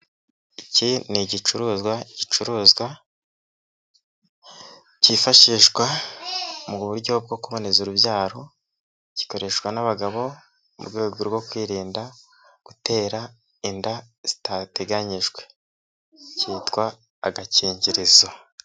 Iki ni igicuruzwa gicuruzwa, kifashishwa mu buryo bwo kuboneza urubyaro, gikoreshwa n'abagabo mu rwego rwo kwirinda gutera inda zitateganyijwe, kitwa agakingirizo.